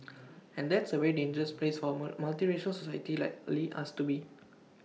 and that's A very dangerous place for A more multiracial society likely us to be